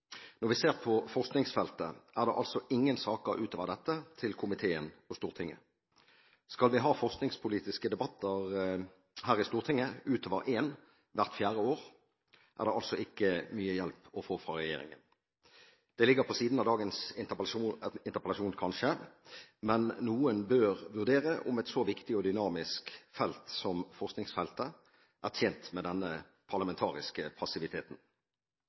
Når vi ser på forskningsfeltet, er det ingen saker utover dette til komiteen og til Stortinget. Skal vi ha forskningspolitiske debatter her i Stortinget utover én hvert fjerde år, er det altså ikke mye hjelp å få fra regjeringen. Det ligger på siden av dagens interpellasjon, kanskje, men noen bør vurdere om et så viktig og dynamisk felt som forskningsfeltet er tjent med denne parlamentariske passiviteten.